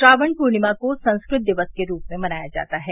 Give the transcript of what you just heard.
श्रावण पूर्णिमा को संस्कृत दिवस के रूप में मनाया जाता है